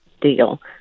deal